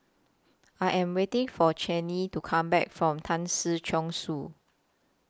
I Am waiting For Chaney to Come Back from Tan Si Chong Su